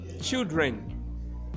children